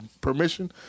permission